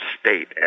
state